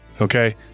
Okay